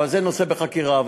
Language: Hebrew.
זה נושא בחקירה.